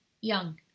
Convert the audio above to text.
Young